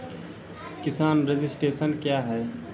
किसान रजिस्ट्रेशन क्या हैं?